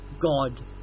God